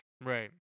Right